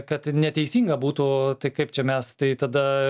kad neteisinga būtų tai kaip čia mes tai tada